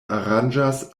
aranĝas